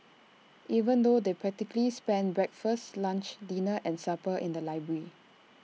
even though they practically spent breakfast lunch dinner and supper in the library